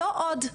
לא עוד,